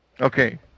Okay